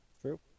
true